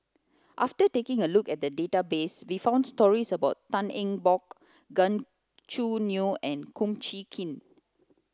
after taking a look at the database we found stories about Tan Eng Bock Gan Choo Neo and Kum Chee Kin